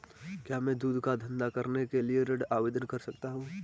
क्या मैं दूध का धंधा करने के लिए ऋण आवेदन कर सकता हूँ?